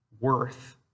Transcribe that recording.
worth